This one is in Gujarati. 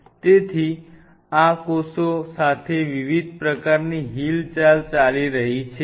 તેથી આ કોષો સાથે વિવિધ પ્રકારની હિલચાલ ચાલી રહી છે